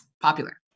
popular